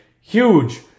Huge